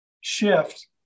shift